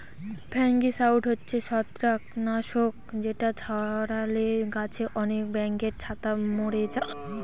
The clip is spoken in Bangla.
ফাঙ্গিসাইড হচ্ছে ছত্রাক নাশক যেটা ছড়ালে গাছে আনেক ব্যাঙের ছাতা মোরে যায়